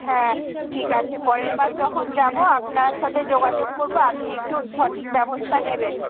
হ্যাঁ ঠিক আছে পরের বার যখন যাবো আপনার সাথে যোগাযোগ করবো আপনি একটু সঠিক ব্যবস্থা নেবেন